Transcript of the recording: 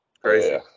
crazy